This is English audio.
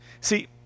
See